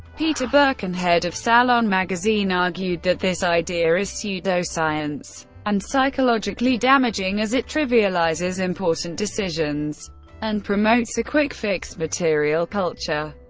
peter birkenhead of salon magazine argued that this idea is pseudoscience and psychologically damaging, as it trivializes important decisions and promotes a quick-fix material culture,